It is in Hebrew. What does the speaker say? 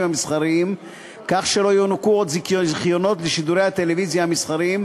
המסחריים כך שלא יוענקו עוד זיכיונות לשידורי הטלוויזיה המסחריים,